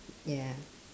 ya